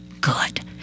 good